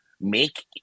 make